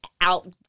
out